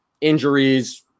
injuries